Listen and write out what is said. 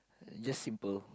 just simple